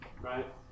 right